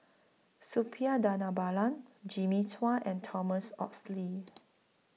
Suppiah Dhanabalan Jimmy Chua and Thomas Oxley